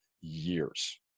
years